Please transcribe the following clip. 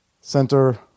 center